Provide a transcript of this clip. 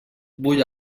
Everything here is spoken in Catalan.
bull